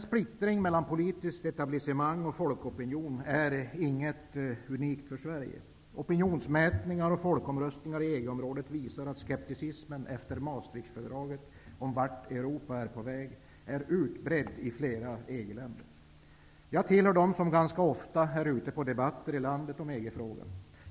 Splittringen mellan politiskt etablissemang och folkopinion är inget unikt för Sverige. området visar att skepticismen efter Maastrichtfördraget om vart Europa är på väg är utbredd i flera EG-länder. Jag tillhör dem som ganska ofta är ute i landet och deltar i debatter om EG-frågan.